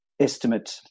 estimate